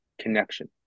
connection